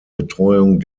betreuung